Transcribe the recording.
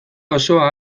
osoa